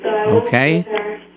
Okay